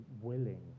willing